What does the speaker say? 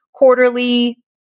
quarterly